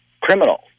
criminals